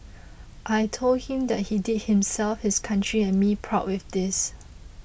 I told him that he did himself his country and me proud with this